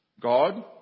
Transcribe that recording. God